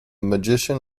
magician